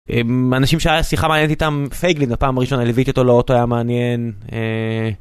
אם אנשים שהיה שיחה מעניינת איתם פייגלין הפעם הראשונה ליוויתי אותו לאוטו היה מעניין.